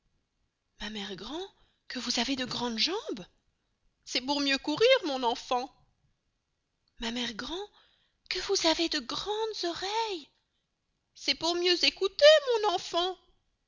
ma mere grand que vous avez de grandes jambes c'est pour mieux courir mon enfant ma mere grand que vous avez de grandes oreilles c'est pour mieux écouter mon enfant